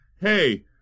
hey